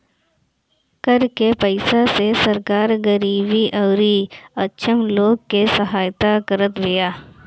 कर के पईसा से सरकार गरीबी अउरी अक्षम लोग के सहायता करत बिया